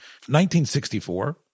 1964